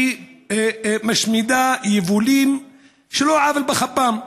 שמשמידה יבולים על לא עוול בכפם.